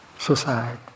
suicide